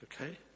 okay